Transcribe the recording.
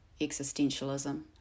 existentialism